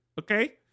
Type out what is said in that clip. Okay